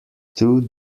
two